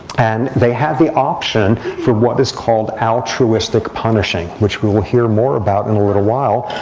and they had the option for what is called altruistic punishing, which we will hear more about in a little while,